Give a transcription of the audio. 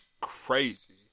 Crazy